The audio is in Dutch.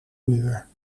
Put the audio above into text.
muur